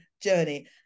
journey